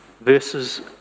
versus